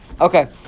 Okay